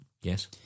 Yes